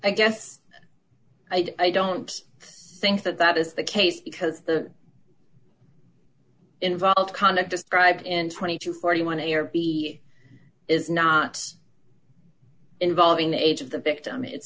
i guess i don't think that that is the case because the involved conduct just drive and twenty to forty one a or b is not involving the age of the victim it's